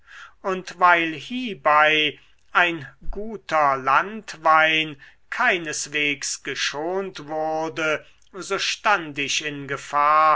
und weil hiebei ein guter landwein keineswegs geschont wurde so stand ich in gefahr